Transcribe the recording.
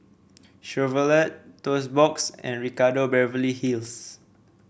Chevrolet Toast Box and Ricardo Beverly Hills